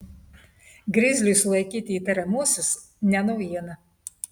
grizliui sulaikyti įtariamuosius ne naujiena